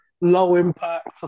low-impact